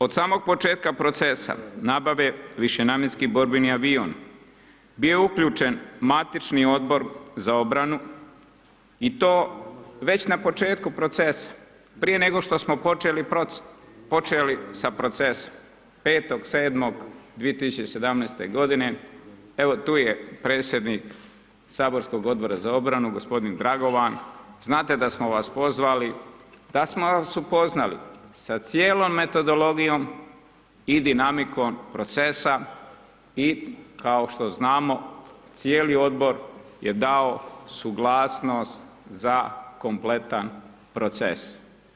Od samog početka procesa nabave višenamjenski borbeni avion bio je uključen Matični odbor za obranu i to već na početku procesa, prije nego što smo počeli sa procesom, 5.7.2017.g., evo, tu je predsjednik Saborskog odbora za obranu, g. Dragovan, znate da smo vas pozvali, da smo vas upoznali sa cijelom metodologijom i dinamikom procesa i kao što znamo, cijeli odbor je dao suglasnost za kompletan proces.